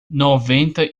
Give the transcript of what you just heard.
noventa